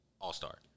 all-star